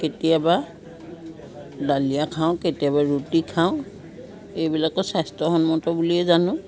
কেতিয়াবা ডালিয়া খাওঁ কেতিয়াবা ৰুটি খাওঁ এইবিলাকো স্বাস্থ্যসন্মত বুলিয়েই জানো